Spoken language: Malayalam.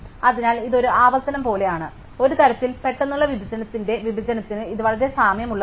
അതിനാൽ ഇത് ഒരു ആവർത്തനം പോലെയാണ് ഒരു തരത്തിൽ പെട്ടെന്നുള്ള വിഭജനത്തിന്റെ വിഭജനത്തിന് ഇത് വളരെ സാമ്യമുള്ളതാണ്